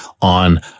on